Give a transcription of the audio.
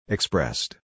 Expressed